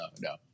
no